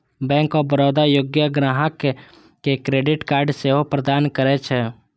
bank of Baroda योग्य ग्राहक कें क्रेडिट कार्ड सेहो प्रदान करै छै